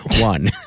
one